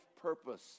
purpose